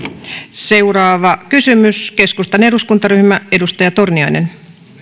seuraava kysymys keskustan eduskuntaryhmä edustaja torniainen arvoisa puhemies